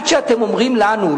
עד שאתם אומרים לנו,